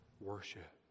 worship